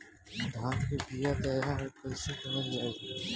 धान के बीया तैयार कैसे करल जाई?